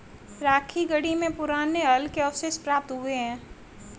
राखीगढ़ी में पुराने हल के अवशेष प्राप्त हुए हैं